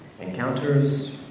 encounters